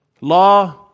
law